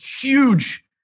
huge